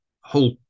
whole